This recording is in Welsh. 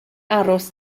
aros